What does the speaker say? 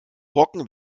brocken